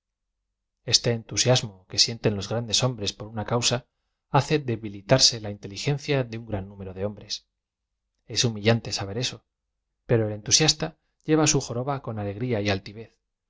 kste entusiasmo que sienten los grandes hombres por una causa hace dehüiiarse la inteligencia de un gran nmero de hombres es humillante saber eso p ero el entusiasta lle v a su joroba con alegría y alti